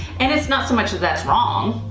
and it's not so much that that's wrong.